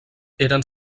eren